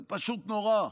זה פשוט נורא.